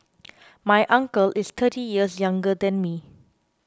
my uncle is thirty years younger than me